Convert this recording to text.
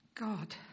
God